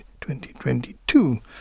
2022